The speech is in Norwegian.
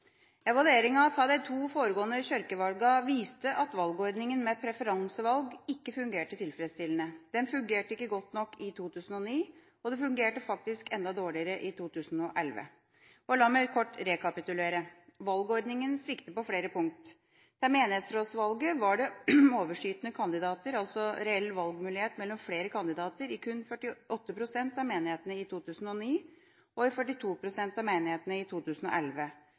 Evalueringa av de to foregående kirkevalgene viste at valgordninga med preferansevalg ikke fungerte tilfredsstillende. Den fungerte ikke godt nok i 2009, og den fungerte faktisk enda dårligere i 2011. La meg kort rekapitulere: Valgordninga sviktet på flere punkter. Til menighetsrådsvalget i 2009 var det overskytende kandidater, altså reell valgmulighet mellom flere kandidater, i kun 48 pst. av menighetene, i 2011 i 42 pst. av menighetene.